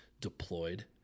deployed